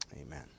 Amen